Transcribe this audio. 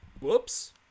Whoops